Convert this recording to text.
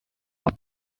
are